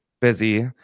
busy